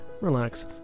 relax